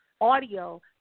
audio